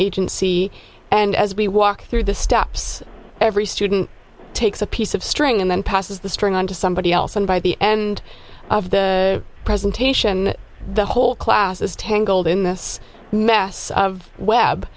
agency and as we walk through the steps every student takes a piece of string and then passes the string on to somebody else and by the end of the presentation the whole class is tangled in this mess of web